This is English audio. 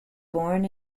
born